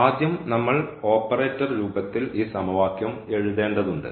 ആദ്യം നമ്മൾ ഓപ്പറേറ്റർ രൂപത്തിൽ സമവാക്യം എഴുതേണ്ടതുണ്ട്